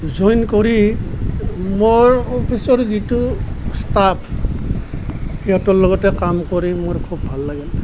join কৰি মোৰ অফিচৰ যিটো ষ্টাফ সিহঁতৰ লগতে কাম কৰি মোৰ খুব ভাল লাগিল